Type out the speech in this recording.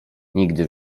nigdy